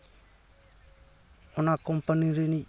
ᱚᱱᱟ ᱠᱳᱢᱯᱟᱱᱤ ᱨᱤᱱᱤᱡ